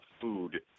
food